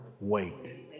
Wait